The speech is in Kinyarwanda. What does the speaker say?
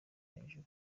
hejuru